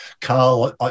Carl